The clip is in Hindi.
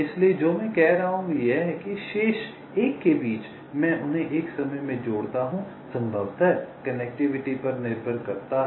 इसलिए जो मैं कह रहा हूं वह यह है कि शेष एक के बीच मैं उन्हें एक समय में जोड़ता हूं संभवतः कनेक्टिविटी पर निर्भर करता है